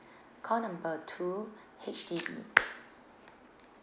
call number two H_D_B